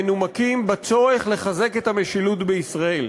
מנומקים בצורך לחזק את המשילות בישראל,